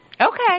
Okay